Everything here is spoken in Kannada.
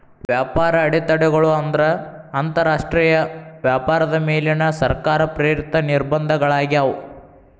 ವ್ಯಾಪಾರ ಅಡೆತಡೆಗಳು ಅಂದ್ರ ಅಂತರಾಷ್ಟ್ರೇಯ ವ್ಯಾಪಾರದ ಮೇಲಿನ ಸರ್ಕಾರ ಪ್ರೇರಿತ ನಿರ್ಬಂಧಗಳಾಗ್ಯಾವ